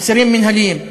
אסירים מינהליים.